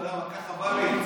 בסוף היא אומרת: ככה בא לי?